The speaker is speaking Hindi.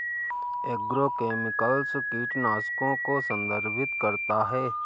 एग्रोकेमिकल्स कीटनाशकों को संदर्भित करता है